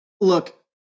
look